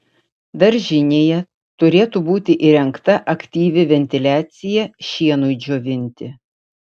daržinėje turėtų būti įrengta aktyvi ventiliacija šienui džiovinti